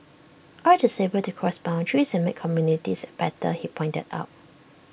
art is able to cross boundaries and make communities better he pointed out